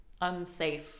unsafe